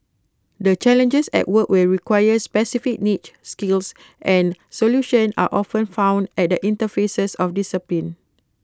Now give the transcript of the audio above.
the challenges at work will require specific niche skills and solutions are often found at the interfaces of disciplines